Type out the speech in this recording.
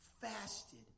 fasted